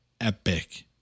epic